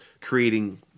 creating